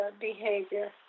behavior